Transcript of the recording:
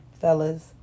fellas